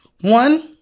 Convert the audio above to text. One